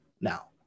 now